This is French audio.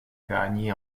gagné